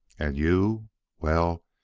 and you well,